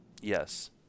Yes